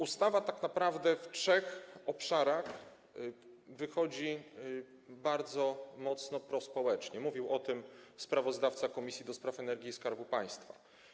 Ustawa tak naprawdę w trzech obszarach wychodzi bardzo mocno prospołecznie, mówił o tym sprawozdawca Komisji do Spraw Energii i Skarbu Państwa.